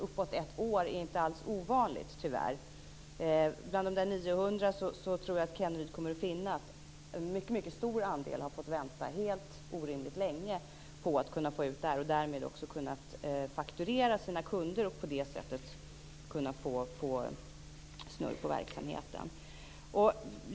Upp till ett år är inte alls ovanligt tyvärr. Bland de 900 tror jag att Kenneryd kommer att finna att en mycket stor andel har fått vänta orimligt länge på att kunna få ut sin F-skattsedel och därmed kunna fakturera sina kunder och på det sättet få snurr på verksamheten.